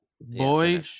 boy